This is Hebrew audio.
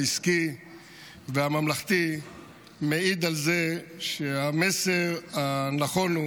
העסקי והממלכתי מעידה על זה שהמסר הנכון,